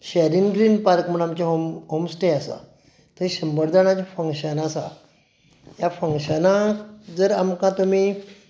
शॅरीन Green Park म्हूण आमचें home home stay आसा थंय शंबर जाणांचे फंक्शन आसा ह्या फंक्शनाक जर आमकां तुमी